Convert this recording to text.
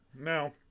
now